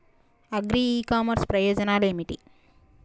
Agri e commerce ప్రయోజనాలు ఏమిటి?